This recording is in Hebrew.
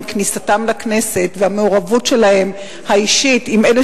עם כניסתם לכנסת והמעורבות האישית שלהם עם אלו